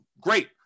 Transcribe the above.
great